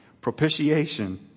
Propitiation